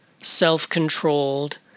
self-controlled